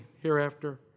hereafter